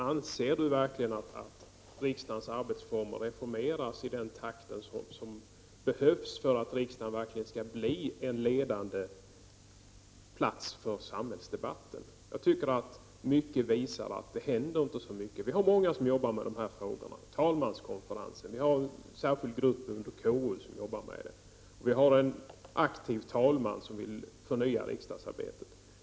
Anser du verkligen att riksdagens arbetsformer reformeras i den takten som behövs för att riksdagen verkligen skall bli en ledande plats för samhällsdebatten? Jag tycker att mycket visar att det händer inte så mycket. Vi har många som jobbar med de här frågorna. Talmanskonferensen. Vi har en särskild grupp under KU som jobbar med det, och vi har en aktiv talman, som vill förnya riksdagsarbetet.